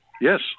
Yes